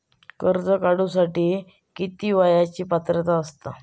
कर्ज काढूसाठी किती वयाची पात्रता असता?